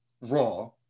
Raw